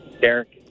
Derek